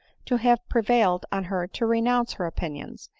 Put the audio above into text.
to have prevailed on her to renounce her opinions,